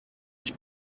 ich